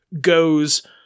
goes